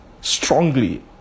strongly